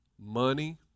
money